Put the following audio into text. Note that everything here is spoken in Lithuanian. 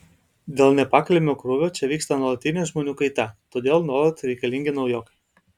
dėl nepakeliamo krūvio čia vyksta nuolatinė žmonių kaita todėl nuolat reikalingi naujokai